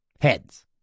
Heads